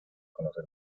conoce